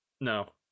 No